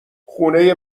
خونه